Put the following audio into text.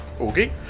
Okay